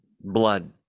blood